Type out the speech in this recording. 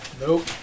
Nope